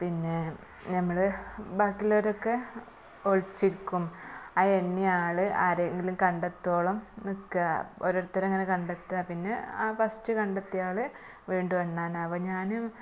പിന്നെ നമ്മള് ബാക്കിയുള്ളവരൊക്കെ ഒളിച്ചിരിക്കും ആ എണ്ണിയ ആള് ആരെങ്കിലും കണ്ടെത്തുവോളം നില്ക്കുക ഓരോരുത്തരെയങ്ങനെ കണ്ടെത്തുക പിന്നെ ആ ഫസ്റ്റ് കണ്ടെത്തിയ ആള് വീണ്ടും എണ്ണാനാവുക ഞാനും